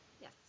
Yes